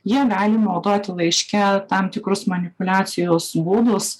jie gali naudoti laiške tam tikrus manipuliacijos būdus